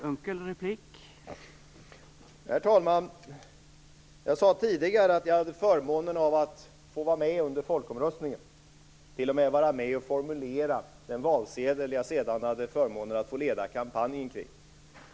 Herr talman! Jag sade tidigare att jag hade förmånen att få vara med under folkomröstningen. Jag fick t.o.m. vara med och formulera den valsedel jag sedan hade förmånen att få leda kampanjen kring.